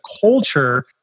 culture